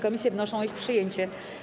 Komisje wnoszą o ich przyjęcie.